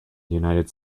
united